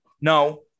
No